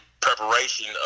preparation